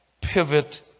pivot